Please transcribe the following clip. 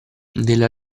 nella